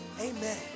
Amen